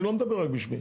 אני לא מדבר רק בשמי.